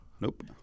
Nope